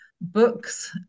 books